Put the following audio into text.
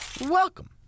Welcome